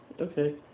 Okay